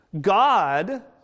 God